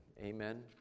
Amen